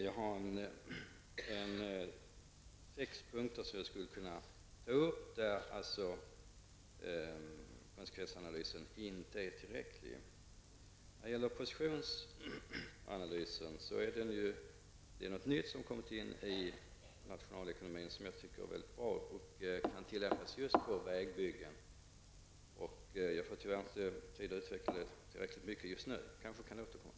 Det sex är punkter som jag skulle ta upp där alltså konsekvensbeskrivningen inte är tillräcklig. Positionsanalys är någonting nytt som kommit in i nationalekonomin och som jag tycker är mycket bra och kan tillämpas på just vägbyggen. Tyvärr har jag inte tid att utveckla det tillräckligt just nu men hoppas att få återkomma.